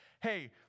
hey